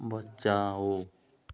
बचाओ